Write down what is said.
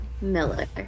Miller